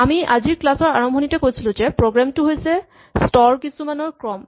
আমি আজিৰ ক্লাচৰ আৰম্ভণিতে কৈছিলো যে প্ৰগ্ৰেম টো হৈছে স্তৰ কিছুমানৰ ক্ৰম